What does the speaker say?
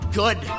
good